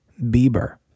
Bieber